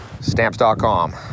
Stamps.com